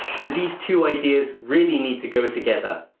do these two ideas really need to go and together?